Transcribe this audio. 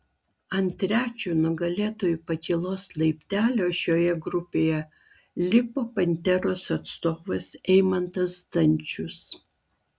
ant trečio nugalėtojų pakylos laiptelio šioje grupėje lipo panteros atstovas eimantas zdančius